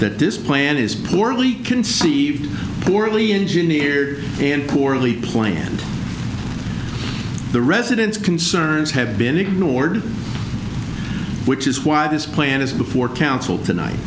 that this plan is poorly conceived poorly engineered and poorly planned the residents concerns have been ignored which is why this plan is before council tonight